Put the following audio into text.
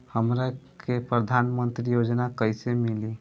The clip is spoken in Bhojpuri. हमरा के प्रधानमंत्री योजना कईसे मिली?